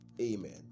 amen